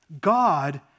God